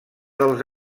dels